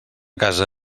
casa